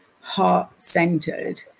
heart-centered